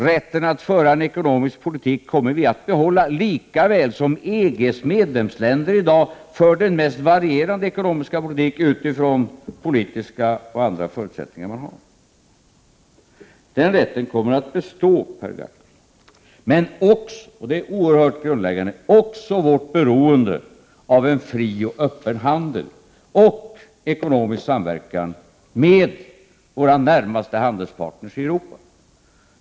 Rätten att föra en ekonomisk politik kommer vi att behålla lika väl som EG:s medlemsländer i dag för den mest varierande politik utifrån de politiska och andra förutsättningar som råder i resp. land. Den rätten kommer att bestå, Per Gahrton, men också vårt beroende av fri och öppen handel — det är grundläggande — och ekonomisk samverkan med våra närmaste handelspartners i Europa.